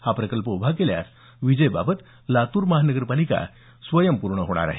हा प्रकल्प उभा केल्यास वीजेबाबत लातूर मनपा स्वयंपूर्ण होणार आहे